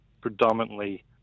predominantly